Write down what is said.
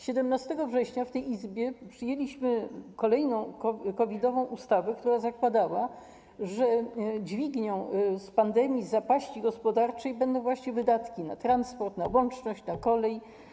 17 września w tej Izbie przyjęliśmy kolejną COVID-ową ustawę, która zakładała, że dźwignią z pandemii, z zapaści gospodarczej będą właśnie wydatki na transport, na łączność, na kolej.